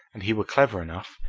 and he were clever enough,